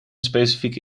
specifieke